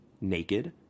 naked